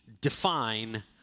define